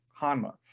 Hanma